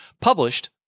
published